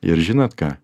ir žinot ką